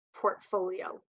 portfolio